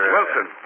Wilson